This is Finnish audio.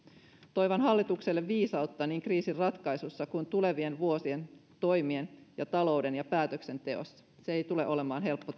toivon hallitukselle viisautta niin kriisin ratkaisussa kuin tulevien vuosien toimien ja talouden päätöksenteossa se ei tule olemaan helppo